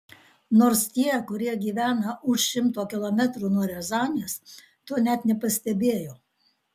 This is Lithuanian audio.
nors tie kurie gyvena už šimto kilometrų nuo riazanės to net nepastebėjo